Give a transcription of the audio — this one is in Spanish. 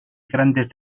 grandes